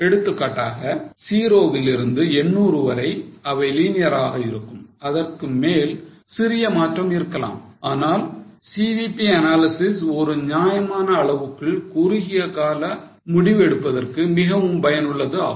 எடுத்துக்காட்டாக 0 வில் இருந்து 800 வரை அவை linear ஆக இருக்கும் அதற்குமேல் சிறிய மாற்றம் இருக்கலாம் ஆனால் CVP analysis ஒரு நியாயமான அளவுக்குள் குறுகிய கால முடிவு எடுப்பதற்கு மிகவும் பயனுள்ளது ஆகும்